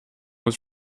was